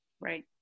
Right